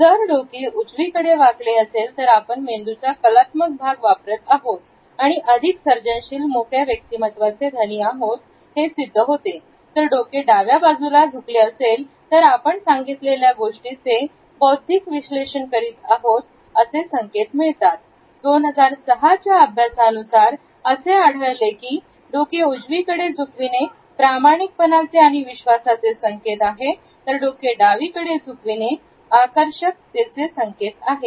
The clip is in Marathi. जर डोके उजवीकडे वाकले असेल तर आपण मेंदूचा कलात्मक भाग वापरत आहोत आणि अधिक सर्जनशील मोकळा व्यक्तिमत्त्वाचे धनी आहोत हे सिद्ध होते जर डोके डाव्या बाजूला झोपले असेल तर आपण सांगितलेल्या गोष्टीचे बौद्धिक विश्लेषण करीत आहोत असे संकेत मिळतात 2006 च्या अभ्यासानुसार असे आढळले की डोके उजवीकडे सुकविणे प्रामाणिक पणाचे आणि विश्वासाचे संकेत आहे तर डोके डावीकडे चुकविणे आकर्षक कैसे संकेत आहेत